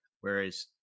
Whereas